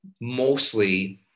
mostly